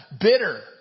bitter